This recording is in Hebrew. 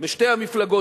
משתי המפלגות,